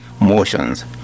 motions